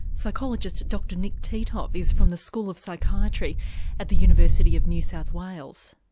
psychologist dr nick titov is from the school of psychiatry at the university of new south wales.